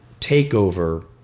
takeover